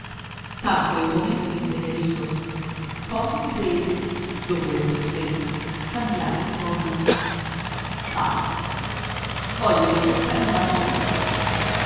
roba tacque un momento intenerito poi riprese dopo un pezzetto cambiando tono sai vogliono che prenda moglie